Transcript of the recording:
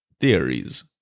theories